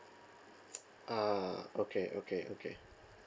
ah okay okay okay